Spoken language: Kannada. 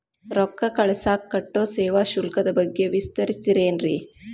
ರೊಕ್ಕ ಕಳಸಾಕ್ ಕಟ್ಟೋ ಸೇವಾ ಶುಲ್ಕದ ಬಗ್ಗೆ ವಿವರಿಸ್ತಿರೇನ್ರಿ?